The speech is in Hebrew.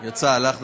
יצא, הלך.